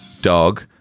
dog